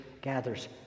gathers